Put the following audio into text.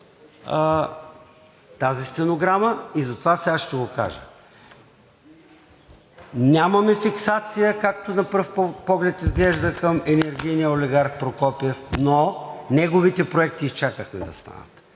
тази стенограма и затова сега ще го кажа. Нямаме фиксация, както на пръв поглед изглежда, към енергийния олигарх Прокопиев, но неговите проекти изчакахме да станат.